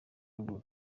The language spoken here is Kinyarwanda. ruguru